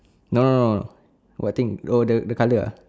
no no no no what thing oh the colour uh